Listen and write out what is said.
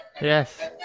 Yes